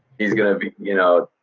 he's gonna be, y'know,